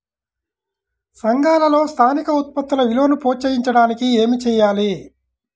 సంఘాలలో స్థానిక ఉత్పత్తుల విలువను ప్రోత్సహించడానికి ఏమి చేయాలి?